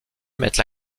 mettent